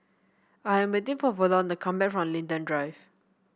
I am waiting for Verlon to come back from Linden Drive